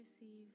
receive